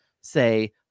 say